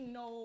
no